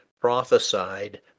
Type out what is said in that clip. prophesied